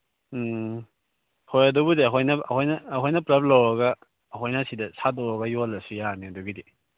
ꯎꯝ ꯍꯣꯏ ꯑꯗꯨꯕꯨꯗꯤ ꯑꯩꯈꯣꯏꯅ ꯑꯩꯈꯣꯏꯅ ꯑꯩꯈꯣꯏꯅ ꯄꯨꯜꯂꯞ ꯂꯧꯔꯒ ꯑꯩꯈꯣꯏꯅ ꯁꯤꯗ ꯁꯥꯗꯣꯛꯑꯒ ꯌꯣꯜꯂꯁꯨ ꯌꯥꯔꯅꯤ ꯑꯗꯨꯒꯤꯗꯤ